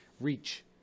reach